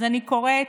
אז אני קוראת